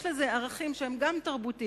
יש לזה ערכים שהם גם תרבותיים,